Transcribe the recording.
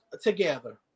together